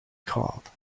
called